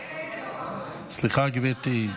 סליחה, גברתי.